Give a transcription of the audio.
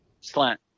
slant